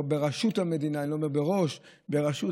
בראשות המדינה, אני לא אומר "בראש", אלא "בראשות".